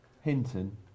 Hinton